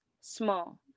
small